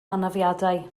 anafiadau